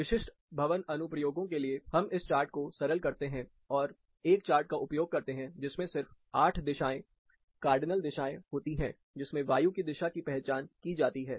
विशिष्ट भवन अनुप्रयोगों के लिए हम इस चार्ट को सरल करते हैं और एक चार्ट का उपयोग करते हैं जिसमें सिर्फ 8 दिशाएं कार्डिनल दिशाएं होती हैं जिसमें वायु की दिशा की पहचान की जाती है